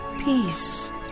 Peace